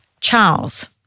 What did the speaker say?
Charles